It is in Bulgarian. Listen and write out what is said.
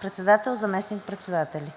Председател: … Заместник-председатели: